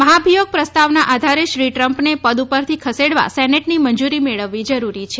મહાભિયોગ પ્રસ્તાવના આધારે શ્રી ટ્રમ્પને પદ પરથી ખસેડવા સેનેટની મંજૂરી મેળવવી જરૂરી છે